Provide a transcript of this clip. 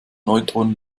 neutronen